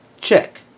check